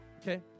okay